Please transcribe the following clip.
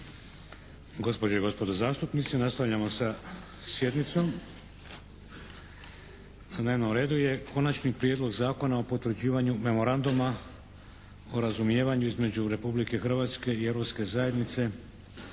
Gospođe i gospodo zastupnici nastavljamo sa sjednicom. Na dnevnom redu je: - Konačni prijedlog zakona o potvrđivanju Memoranduma o razumijevanju između Republike Hrvatske i Europske zajednice